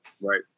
Right